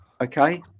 Okay